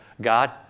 God